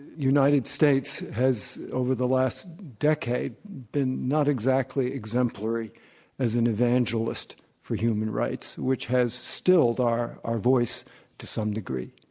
united states has, over the last decade, been not exactly exemplary as an evangelist for human rights, which has stilled our our voice to some degree.